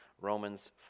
Romans